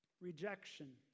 Rejection